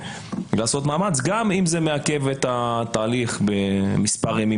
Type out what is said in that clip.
לעשות מאמץ גם אם זה מעכב את התהליך בכמה ימים,